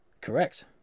Correct